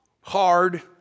hard